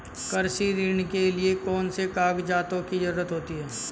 कृषि ऋण के लिऐ कौन से कागजातों की जरूरत होती है?